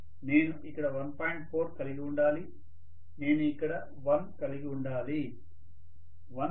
4 కలిగి ఉండాలి నేను ఇక్కడ ఒకటి కలిగి ఉండాలి 1